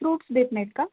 fruits देत नाहीत का